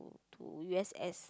to U S S